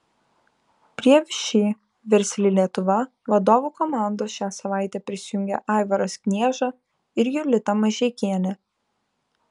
prie všį versli lietuva vadovų komandos šią savaitę prisijungė aivaras knieža ir jolita mažeikienė